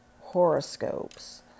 horoscopes